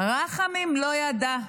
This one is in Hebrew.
רחמים לא ידע.